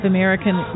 American